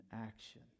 action